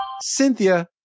Cynthia